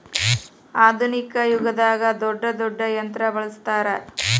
ಆದುನಿಕ ಯುಗದಾಗ ದೊಡ್ಡ ದೊಡ್ಡ ಯಂತ್ರಾ ಬಳಸ್ತಾರ